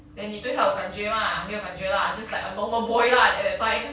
then 你对他有感觉吗没有感觉 lah just like a normal boy lah at that time